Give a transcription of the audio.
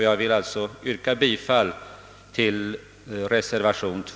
Jag yrkar bifall till reservation II.